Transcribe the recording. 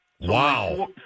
Wow